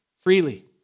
freely